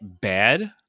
bad